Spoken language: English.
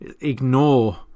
ignore